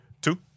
Two